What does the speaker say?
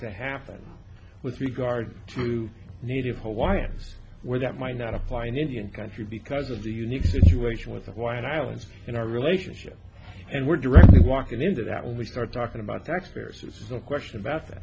to happen with regard to native hawaiians where that might not apply in indian country because of the unique situation with the white islands in our relationship and were directly walking into that when we start talking about their experiences no question about that